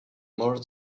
more